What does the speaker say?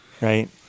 Right